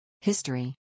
History